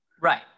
Right